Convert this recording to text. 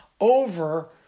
over